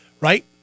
right